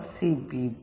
C P P main